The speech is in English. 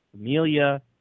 Amelia